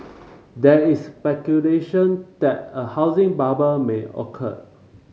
there is speculation that a housing bubble may occur